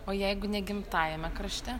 o jeigu ne gimtajame krašte